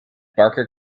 barker